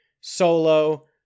Solo